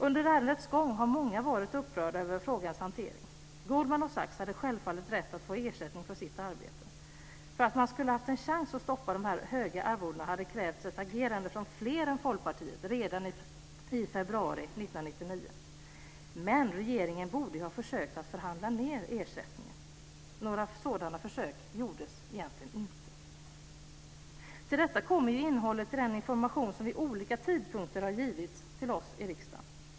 Under ärendets gång har många varit upprörda över frågans hantering. Goldman Sachs hade självfallet rätt att få ersättning för sitt arbete. För att man skulle ha haft en chans att stoppa de höga arvodena hade krävts ett agerande från fler än Folkpartiet redan i februari 1999, men regeringen borde ha försökt att förhandla ned ersättningen. Några sådana försök gjordes egentligen inte. Till detta kommer innehållet i den information som vid olika tidpunkter har givits till oss i riksdagen.